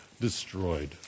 destroyed